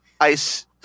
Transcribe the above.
ice